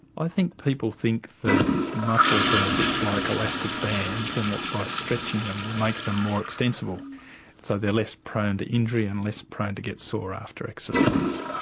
i think people think that muscles are a bit like elastic bands and that by stretching them you make them more extensible so they are less prone to injury and less prone to get sore after exercise.